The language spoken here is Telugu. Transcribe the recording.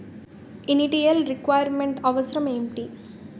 ఇనిటియల్ రిక్వైర్ మెంట్ అవసరం ఎంటి?